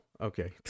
okay